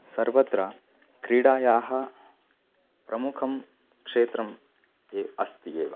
सर्वत्र क्रीडायाः प्रमुखं क्षेत्रम् ए अस्ति एव